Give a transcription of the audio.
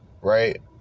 Right